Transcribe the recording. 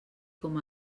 com